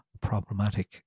problematic